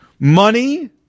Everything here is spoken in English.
Money